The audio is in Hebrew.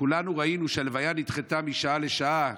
כולנו ראינו שהלוויה נדחתה משעה לשעה.